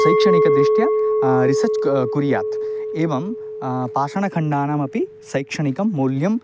शैक्षणिकदृष्ट्या research कुर्यात् एवं पाषाणखण्डानामपि शैक्षणिकं मौल्यम्